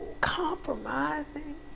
compromising